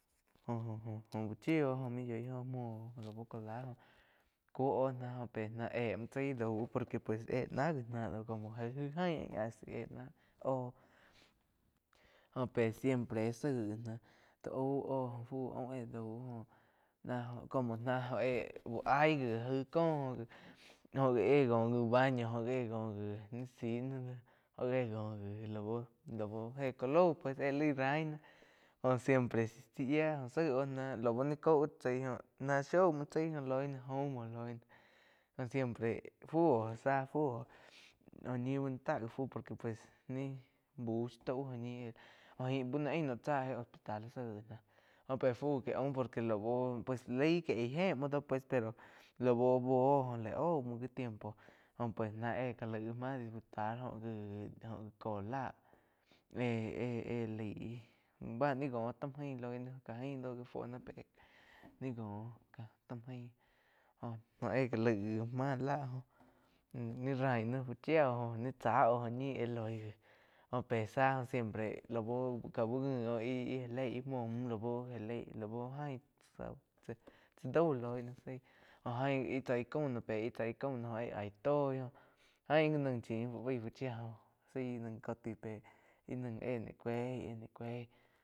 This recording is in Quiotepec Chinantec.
Jo-jo gá chí oh óh muo yói muó lau colar cúo oh náh pé ná éh muo chaí dau por que éh muo chaí óh nah gi ná doh como gai íh jain a si éh náh óh jó pues siempre záig náh ti aú óh fu aun éh daú. Como ná óh éh bu aig gi, aig cóh óh gi éh ngo gi baño óh gi ni ziih náh éh ngo gi laú éh ká lau pues éh laí raí náh jo siempre zá yía zaíg óh náh lau ni caú chaí shaum muo chái jo loi na jaum muo loi náh óh siempre fú oh záh fu óh ñi bá no ta gi por que ni bú shiu tau óh ñih jo jain bá no ain naum chá éh hospital zaig náh óh pe fu que aum por que lau pues laig que gie éh muo do pues pero la bú buo óh la aú muo gi tiempo joh ná pues jo gá laig má disfrutar oh gi, oh gi cóh láh éh-éh lai bá ni jóh taum jain loi náh ka jain fuo ná. Pero ni ngo taum jaín óh éh já laig gi máh láh ni raín náh fu chía ój joh tsá óh oh ñi éh loig gi óh pe zá siempre lau ká úh ngi óh gá léi íh muo müh lau jaléi lau jain tzá dau loi náh jóh jain gi íh tsaí caum noh pe íh chai caum noh óh éh aí toi ain gi naig chin fu baí fu chía zái naig coti pe íh naí éh ni cuei éh ni cuei.